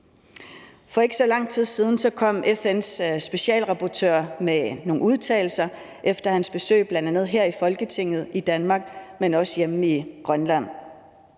For ikke så lang siden kom FN's specialrapportør med nogle udtalelser efter sit besøg bl.a. i Folketinget her i Danmark, men også hjemme i Grønland.